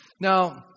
Now